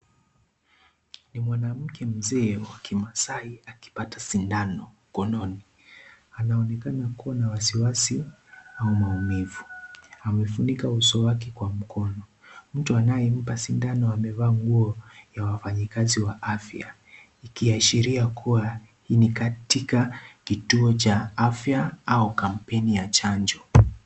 Ni mwanamke mzee wa kimasai akipata sindano mkononi anaonekana kuwa na wasiwasi au maumivu, amefunika uso wake kwa mkono, mtu anayempa sindano amevaa nguo ya wafanyakazi wa afya ikiashiria kuwa ni katika kituo cha afya au kampeni ya chanjo.